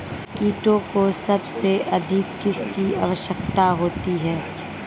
कीटों को सबसे अधिक किसकी आवश्यकता होती है?